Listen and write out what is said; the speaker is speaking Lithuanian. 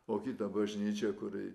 o kita bažnyčia kuri